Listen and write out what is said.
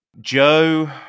Joe